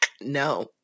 No